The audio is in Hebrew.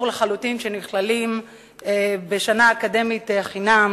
לחלוטין שהם נכללים בשנה אקדמית חינם,